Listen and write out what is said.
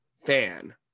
fan